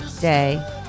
day